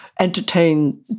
entertain